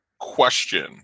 question